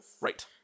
Right